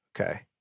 Okay